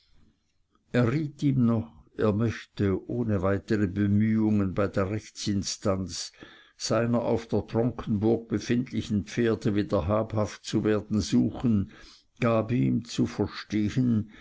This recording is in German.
noch er möchte ohne weitere bemühungen bei der rechtsinstanz seiner auf der tronkenburg befindlichen pferde wieder habhaft zu werden suchen gab ihm zu verstehen